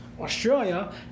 Australia